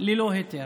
ללא היתר.